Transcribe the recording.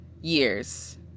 years